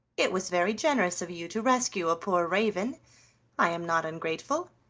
it was very generous of you to rescue a poor raven i am not ungrateful,